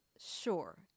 sure